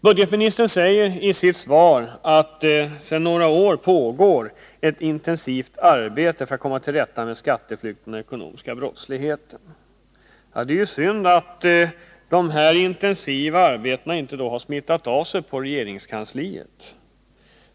Budgetministern säger i sitt svar att det sedan ”några år pågår ett intensivt arbete för att komma till rätta med skatteflykten och den ekonomiska brottsligheten”. Det är ju synd att detta intensiva arbete inte har smittat av sig på regeringskansliet.